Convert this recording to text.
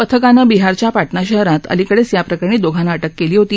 पथकानं बिहारच्या पाटणा शहरात अलिकडेच या प्रकरणी दोन जणांना अटक केली होती